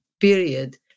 period